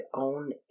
own